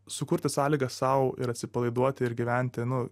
sukurti sąlygas sau ir atsipalaiduoti ir gyventi nu